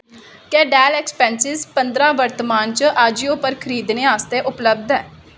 क्या Dell X P S पंदरां वर्तमान च अजियो पर खरीदने आस्तै उपलब्ध ऐ